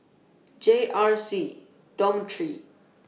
J R C Dormitory